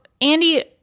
Andy